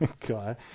guy